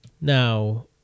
Now